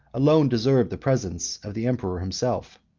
alone deserved the presence of the emperor himself.